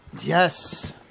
Yes